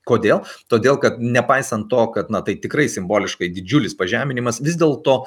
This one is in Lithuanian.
kodėl todėl kad nepaisant to kad na tai tikrai simboliškai didžiulis pažeminimas vis dėlto